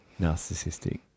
narcissistic